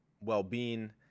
well-being